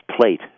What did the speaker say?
plate